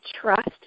trust